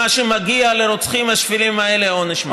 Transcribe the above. שמגיע לרוצחים השפלים האלה עונש מוות?